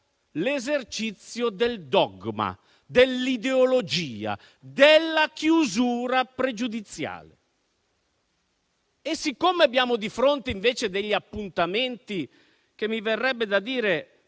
l'esercizio del dogma, dell'ideologia, della chiusura pregiudiziale. Invece abbiamo di fronte degli appuntamenti che - mi verrebbe da dire